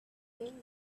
him